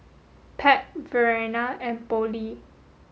Pat Verena and Pollie